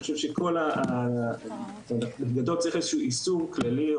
בכל פעולת משטרה,